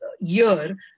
year